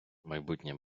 майбутнє